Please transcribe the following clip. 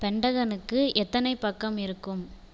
பென்டகனுக்கு எத்தனை பக்கம் இருக்கும்